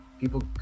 People